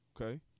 Okay